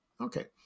okay